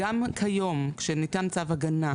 גם כיום כשניתן צו הגנה,